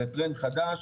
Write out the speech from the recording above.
זה טרנד חדש,